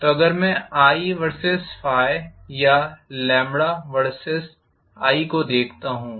तो अगर मैं i बनाम या बनाम को देखता हूं